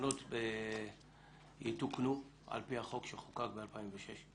שהתקנות יתוקנו על פי החוק שחוקק ב-2006?